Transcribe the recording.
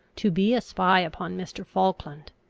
to be a spy upon mr. falkland!